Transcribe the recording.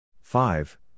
Five